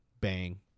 bang